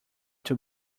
too